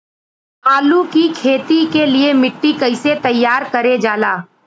आलू की खेती के लिए मिट्टी कैसे तैयार करें जाला?